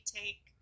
take